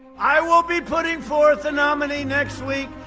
i will be putting forth a nominee next week.